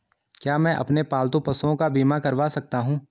क्या मैं अपने पालतू पशुओं का बीमा करवा सकता हूं?